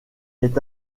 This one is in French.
est